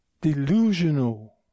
delusional